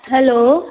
hello